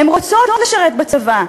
הן רוצות לשרת בצבא,